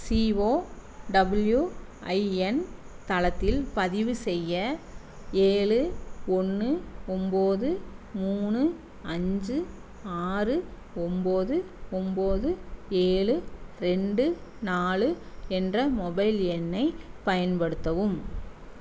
சிஓடபிள்யூஐஎன் தளத்தில் பதிவு செய்ய ஏழு ஒன்று ஒம்பது மூணு அஞ்சு ஆறு ஒம்பது ஒம்பது ஏழு ரெண்டு நாலு என்ற மொபைல் எண்ணை பயன்படுத்தவும்